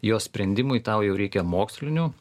jo sprendimui tau jau reikia mokslinių